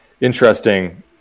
interesting